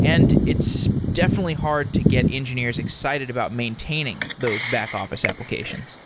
and it's definitely hard to get engineers excited about maintaining those back-office applications.